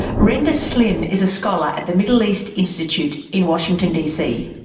randa slim is a scholar at the middle east institute in washington dc.